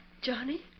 Johnny